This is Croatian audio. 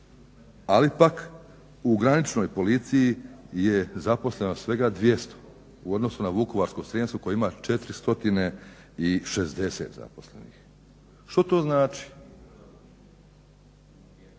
Ali pak u graničnoj policiji je zaposleno svega 200 u odnosu na Vukovarsko-srijemsku koja ima 460 zaposlenih. Što to znači?